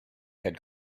had